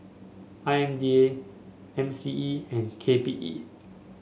I M D A M C E and K P E